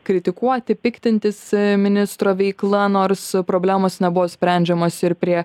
kritikuoti piktintis ministro veikla nors problemos nebuvo sprendžiamos ir prie